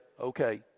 Okay